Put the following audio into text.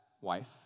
wife